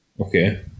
okay